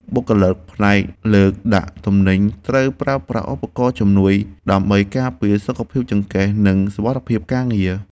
បុគ្គលិកផ្នែកលើកដាក់ទំនិញត្រូវប្រើប្រាស់ឧបករណ៍ជំនួយដើម្បីការពារសុខភាពចង្កេះ និងសុវត្ថិភាពការងារ។